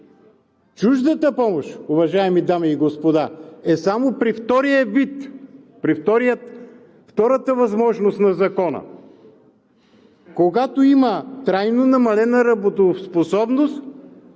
Чуждата помощ, уважаеми дами и господа, е само при втория вид, при втората възможност на Закона – когато има трайно намалена работоспособност